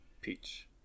Peach